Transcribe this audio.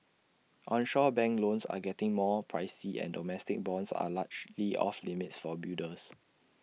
onshore bank loans are getting more pricey and domestic bonds are largely off limits for builders